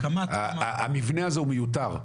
המבנה הזה הוא מיותר,